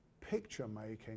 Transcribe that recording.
picture-making